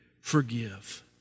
forgive